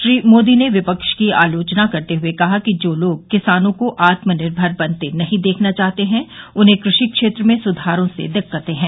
श्री मोदी ने विपक्ष की आलोचना करते हुए कहा कि जो लोग किसानों को आत्मनिर्भर बनते नहीं देखना चाहते उन्हें कृषि क्षेत्र में सुधारों से दिक्कतें हैं